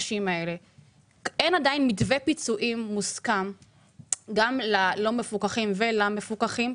אין עדיין מתווה פיצויים מוסכם למפוקחים וללא מפוקחים.